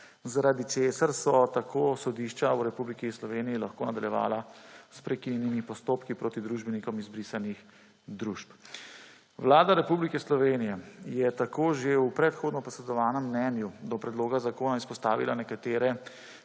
zaradi česar so tako sodišča v Republiki Sloveniji lahko nadaljevala s prekinjenimi postopki proti družbenikom izbrisanih družb. Vlada Republike Slovenije je tako že v predhodno posredovanem mnenju do predloga zakona izpostavila nekatere